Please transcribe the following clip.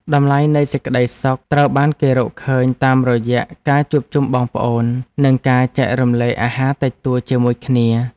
តម្លៃនៃសេចក្ដីសុខត្រូវបានគេរកឃើញតាមរយៈការជួបជុំបងប្អូន និងការចែករំលែកអាហារតិចតួចជាមួយគ្នា។